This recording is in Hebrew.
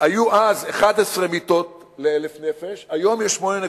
היו אז 11 מיטות ל-1,000 נפש, היום יש 8.2,